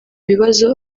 bibazo